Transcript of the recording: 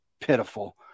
pitiful